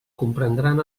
comprendran